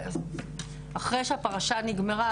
אחרי שהפרשה נגמרה,